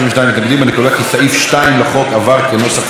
אני קובע כי סעיף 2 לחוק עבר כנוסח הוועדה.